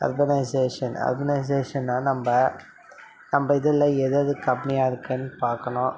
urbanisation அர்பனைசேஷன்னா நம்ம நம்ம இதில் எது எது கம்மியாக இருக்குன்னு பார்க்கணும்